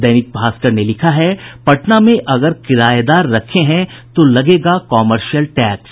दैनिक भास्कर ने लिखा है पटना में अगर किरायेदार रखे हैं तो लगेगा कमर्शियल टैक्स